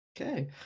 Okay